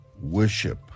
worship